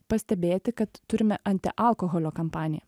pastebėti kad turime anti alkoholio kampaniją